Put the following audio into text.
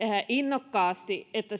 innokkaasti että